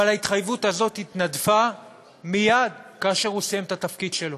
אבל ההתחייבות הזאת התנדפה מייד כאשר הוא סיים את התפקיד שלו.